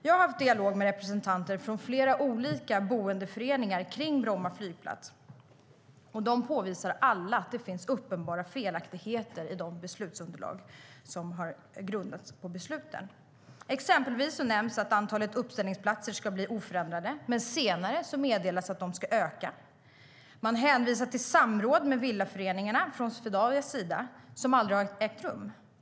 Jag har haft dialog med representanter från flera olika boendeföreningar kring Bromma flygplats. De påvisar alla att det finns uppenbara felaktigheter i beslutsunderlagen. Exempelvis nämns att antalet uppställningsplatser ska bli oförändrat, men senare meddelas att det ska öka. Man hänvisar från Swedavias sida till samråd med villaföreningarna som aldrig har ägt rum.